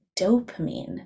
dopamine